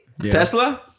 ¿Tesla